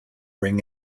ring